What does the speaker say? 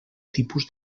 tipus